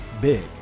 big